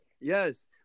yes